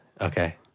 Okay